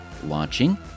launching